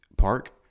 park